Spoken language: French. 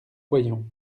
voyons